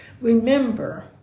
Remember